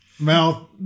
Mouth